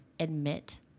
admit